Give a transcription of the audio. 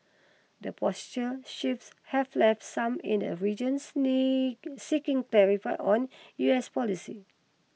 the posture shifts have left some in the region seeking clarify on U S policy